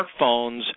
smartphones